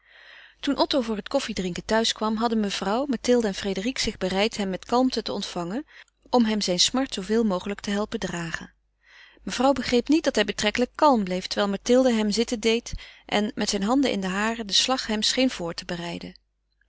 toen otto voor het koffiedrinken thuiskwam hadden mevrouw mathilde en frédérique zich bereid hem met kalmte te ontvangen om hem zijne smart zooveel mogelijk te helpen dragen mevrouw begreep niet dat hij betrekkelijk kalm bleef terwijl mathilde hem zitten deed en met zijne handen in de hare den slag hem scheen voor te bereiden